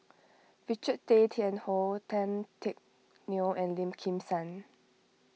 Richard Tay Tian Hoe Tan Teck Neo and Lim Kim San